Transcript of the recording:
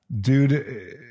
dude